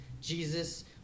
Jesus